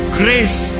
grace